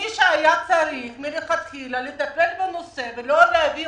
מי שהיה צריך מלכתחילה לטפל בנושא ולא להביא